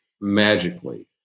magically